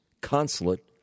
consulate